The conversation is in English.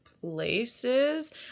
places